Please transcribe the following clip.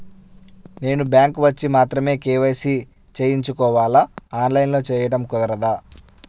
నేను బ్యాంక్ వచ్చి మాత్రమే కే.వై.సి చేయించుకోవాలా? ఆన్లైన్లో చేయటం కుదరదా?